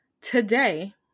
today